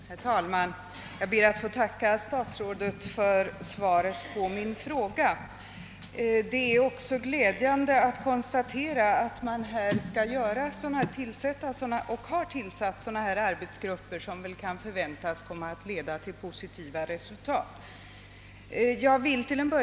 Herr talman! Jag ber att få tacka statsrådet för svaret på min fråga. Det är glädjande att konstatera att man skall tillsätta och redan har tillsatt sådana arbetsgrupper, som kan förväntas ge positiva resultat.